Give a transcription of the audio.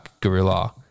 gorilla